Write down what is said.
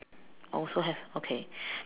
also have okay